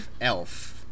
elf